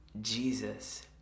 Jesus